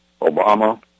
Obama